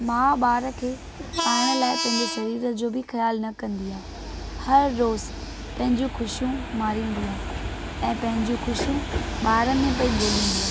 मां ॿार खे पाइण लाइ पंहिंजे शरीर जो बि ख़यालु न कंदी आहे हर रोज़ पंहिंजूं ख़ुशियूं मारींदी आहे ऐं पंहिंजूं ख़ुशियूं ॿार में पई ॻोल्हंदी आहे